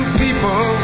people